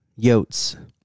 Yotes